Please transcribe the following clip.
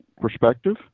perspective